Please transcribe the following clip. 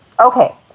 Okay